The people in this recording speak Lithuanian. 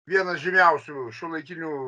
vienas žymiausių šiuolaikinių